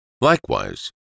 Likewise